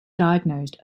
diagnosed